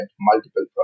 multiple